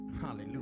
hallelujah